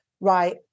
right